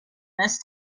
this